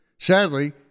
Sadly